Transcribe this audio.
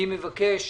אני מבקש